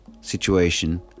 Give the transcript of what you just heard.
situation